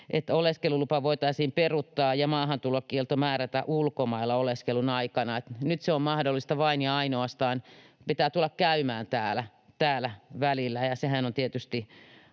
Oleskelulupa voitaisiin peruuttaa ja maahantulokielto määrätä ulkomailla oleskelun aikana. Nyt se on mahdollista vain ja ainoastaan niin, että pitää tulla käymään täällä välillä, ja sehän on tietysti